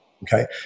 Okay